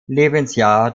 lebensjahr